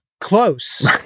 close